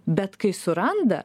bet kai suranda